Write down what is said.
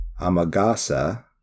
Amagasa